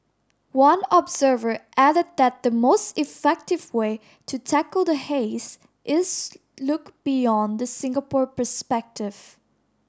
one observer added that the most effective way to tackle the haze is look beyond the Singapore perspective